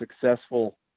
successful